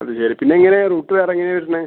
അത് ശരി പിന്നെങ്ങനെയാണ് റൂട്ട് വേറെങ്ങനെയാണ് വരുന്നത്